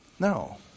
No